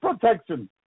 protection